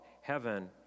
heaven